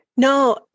No